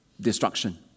destruction